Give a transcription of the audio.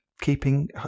keeping